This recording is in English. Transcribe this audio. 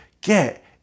get